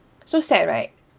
so sad right